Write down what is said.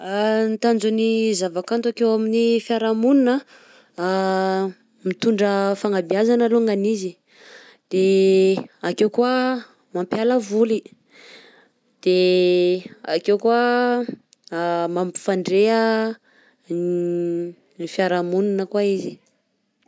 Tanjon'ny zava-kanto akeo amin'ny fiarahamonina mitondra fanabeazana alongany izy, de akeo koa mampiala voly, de ake koa mampifandre a ny fiarahamonina kóa izy.